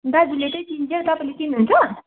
दाजुले चाहिँ चिन्छ तपाईँले चिन्नुहुन्छ